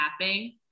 tapping